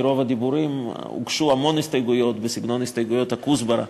מרוב הדיבורים הוגשו המון הסתייגויות בסגנון הסתייגויות הכוסברה,